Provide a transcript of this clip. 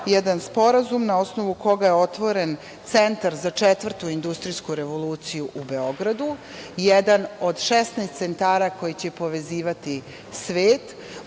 jedan sporazum na osnovu koga je otvoren centar za četvrtu industrijsku revoluciju u Beogradu, jedan od 16 centara koji će povezivati svet